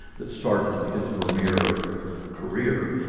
that started his vermeer career,